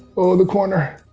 oh the corner,